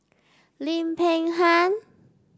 Lim Peng Han